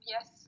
Yes